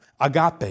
agape